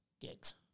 gigs